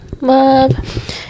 love